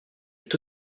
est